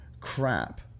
crap